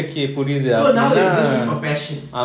so now they just doing it for passion